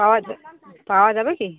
পাওয়া যা পাওয়া যাবে কি